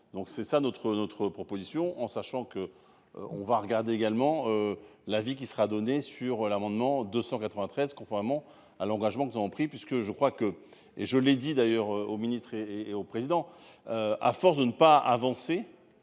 Donc c'est ça notre, notre proposition en sachant que on va regarder également l'avis qui sera donné sur l'amendement 293, conformément à l'engagement qu'ils ont pris puisque je crois que et je l'ai dit d'ailleurs au ministre et et au président. À force de ne pas avancer.